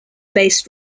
based